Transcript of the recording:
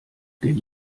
den